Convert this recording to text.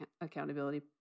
accountability